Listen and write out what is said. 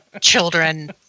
children